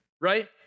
right